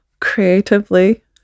creatively